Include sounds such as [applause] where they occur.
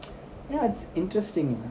[noise] ya it's interesting